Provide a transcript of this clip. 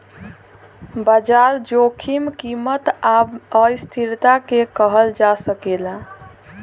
बाजार जोखिम कीमत आ अस्थिरता के कहल जा सकेला